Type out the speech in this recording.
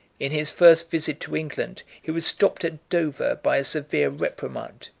in his first visit to england, he was stopped at dover by a severe reprimand,